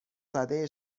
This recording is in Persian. سده